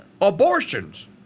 Abortions